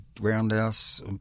roundhouse